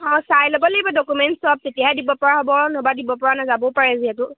অঁ চাই ল'ব লাগিব ডকুমেণ্টছ চব তেতিয়াই দিব পৰা হ'ব নহ'বা দিব পৰা নাযাবও পাৰে যিহেতু